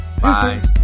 Bye